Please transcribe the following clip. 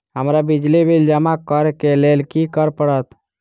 हमरा बिजली बिल जमा करऽ केँ लेल की करऽ पड़त?